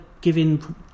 giving